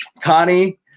Connie